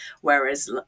whereas